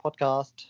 podcast